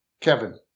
Kevin